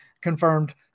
confirmed